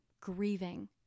grieving